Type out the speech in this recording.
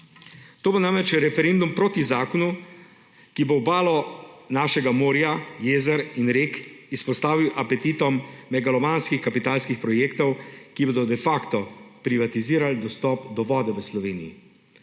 To bo namreč referendum proti zakonu, ki bo obalo našega morja, jezer in rek izpostavil apetitom megalomanskih kapitalskih projektov, ki bodo de facto privatizirali dostop do vode v Sloveniji.